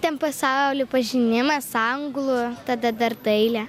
ten pasaulio pažinimas anglų tada dar dailė